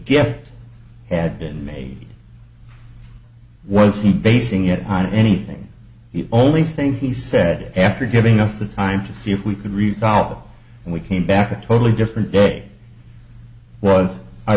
again had been made was he basing it on anything the only thing he said after giving us the time to see if we can resolve and we came back a totally different day was i